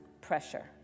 pressure